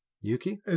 Yuki